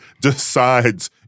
decides